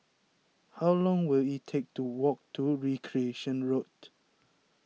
how long will it take to walk to Recreation Road